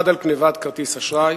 אחד על גנבת כרטיס אשראי,